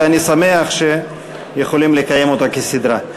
ואני שמח שאנחנו יכולים לקיים אותה כסדרה.